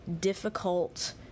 difficult